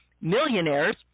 millionaires